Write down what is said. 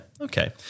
okay